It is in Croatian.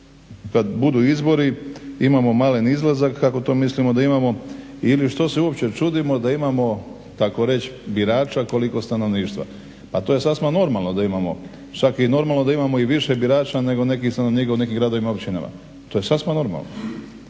kada budu izbori imamo malen izlazak kako to mislimo da imamo ili što se uopće čudimo da imamo tako reći birača koliko stanovništva. Pa to je sasvim normalno da imamo čak je normalno da imamo i više birača nego nekih stanovnika u nekim gradovima i općinama to je sasvim normalno.